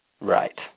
Right